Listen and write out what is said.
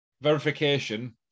verification